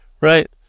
Right